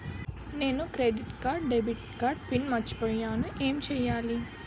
నేను credit card debit card pin మర్చిపోయేను ఎం చెయ్యాలి?